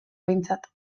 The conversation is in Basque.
behintzat